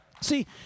See